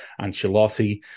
Ancelotti